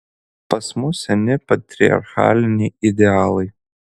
pas mus seni patriarchaliniai idealai